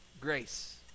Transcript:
Grace